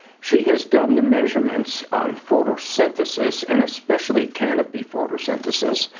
she has done the measurements on photosynthesis and especially canopy photosynthesis.